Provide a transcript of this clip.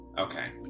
Okay